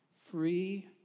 free